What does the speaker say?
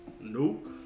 Nope